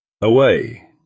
away